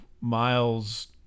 miles